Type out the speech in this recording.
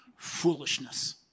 Foolishness